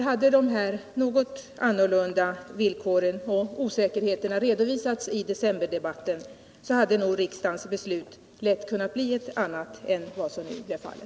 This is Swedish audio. Om de något annorlunda villkoren och osäkerheterna hade redovisats i decemberdebatten hade nog riksdagens beslut lätt kunnat bli något annat än som blev fallet.